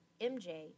MJ